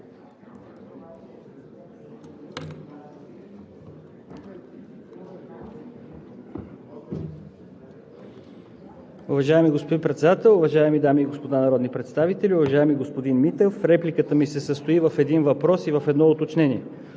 Уважаеми господин Председател, уважаеми дами и господа народни представители! Уважаеми господин Митев, репликата ми се състои в един въпрос и в едно уточнение.